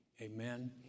amen